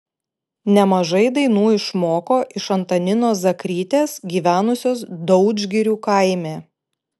nemažai dainų išmoko iš antaninos zakrytės gyvenusios daudžgirių kaime